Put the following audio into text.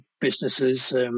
businesses